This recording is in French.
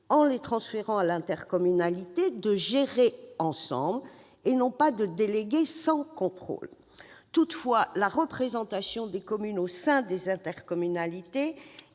en les transférant à l'intercommunalité, de gérer ensemble et non pas de déléguer sans contrôle. Toutefois, la représentation des communes au sein des intercommunalités